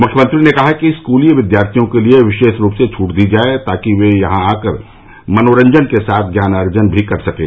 मुख्यमंत्री ने कहा कि स्कूली विद्यार्थियों के लिए विशेष रूप से छट दी जाए ताकि वे यहां आकर मनोरंजन के साथ ज्ञानार्जन भी कर सकें